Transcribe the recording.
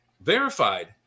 verified